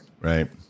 Right